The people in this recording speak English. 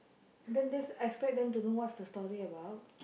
then just expect them to know what's the story about